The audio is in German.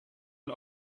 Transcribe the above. ein